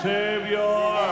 Savior